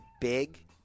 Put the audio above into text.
big